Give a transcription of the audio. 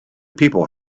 people